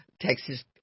Texas